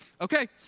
okay